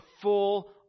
full